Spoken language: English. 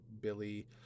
Billy